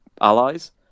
allies